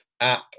app